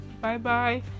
Bye-bye